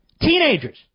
teenagers